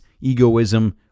egoism